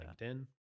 LinkedIn